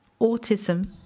autism